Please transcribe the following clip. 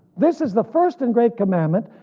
this is the first and great commandment.